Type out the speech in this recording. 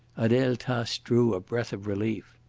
adele tace drew a breath of relief.